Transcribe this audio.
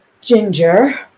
ginger